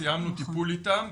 סיימנו טיפול איתם,